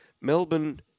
Melbourne